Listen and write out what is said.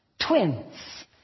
Twins